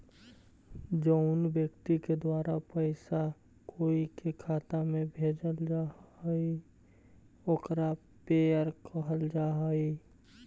जउन व्यक्ति के द्वारा पैसा कोई के खाता में भेजल जा हइ ओकरा पेयर कहल जा हइ